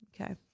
Okay